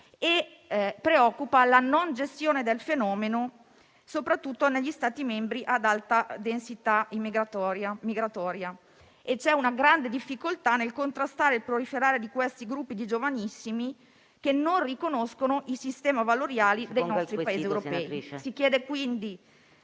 Preoccupa la non gestione del fenomeno, soprattutto negli Stati membri ad alta densità migratoria e c'è una grande difficoltà nel contrastare il proliferare di questi gruppi di giovanissimi, che non riconoscono i sistemi valoriali dei nostri Paesi europei.